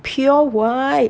pure white